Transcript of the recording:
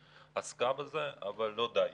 עסקה בזה, אבל לא די.